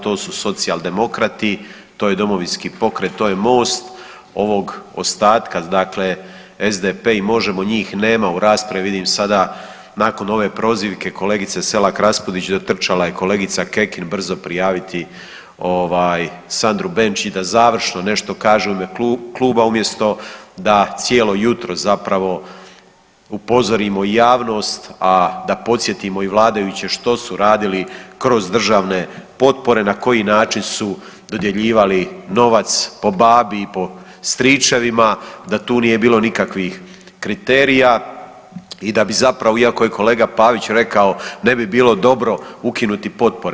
To su Socijaldemokrati, to je Domovinski pokret, to je Most ovog ostatka dakle SDP i Možemo njih nema u raspravi, vidim sada nakon ove prozivke kolegice Selak Raspudić dotrčala je kolegica Kekin brzo prijaviti Sandru Benčić da završno nešto kaže uime kluba umjesto da cijelo jutro upozorimo i javnost, a i da podsjetimo vladajuće što su radili kroz državne potpore, na koji način su dodjeljivali novac po babi i po stričevima, da tu nije bilo nikakvih kriterija i da bi zapravo, iako je kolega Pavić rekao ne bi bilo dobro ukinuti potpore.